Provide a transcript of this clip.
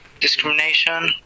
Discrimination